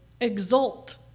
exult